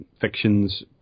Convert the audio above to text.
fictions